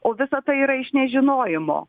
o visa tai yra iš nežinojimo